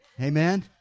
Amen